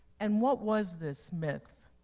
and what was this myth?